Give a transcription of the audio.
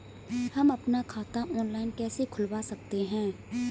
हम अपना खाता ऑनलाइन कैसे खुलवा सकते हैं?